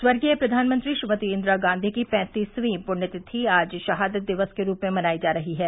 स्वर्गीय प्रधानमंत्री श्रीमती इंदिरा गांधी की पैतीसवीं पुण्यतिथि आजं शहादत दिवस के रूप में मनाई जा रही है